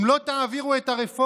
אם לא תעבירו את הרפורמה,